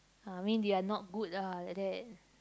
uh I mean they are not good ah like that